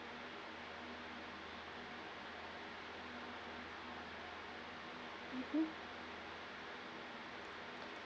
mmhmm